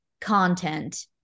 content